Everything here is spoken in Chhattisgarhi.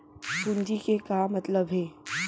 पूंजी के का मतलब हे?